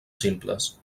simples